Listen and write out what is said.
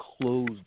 closed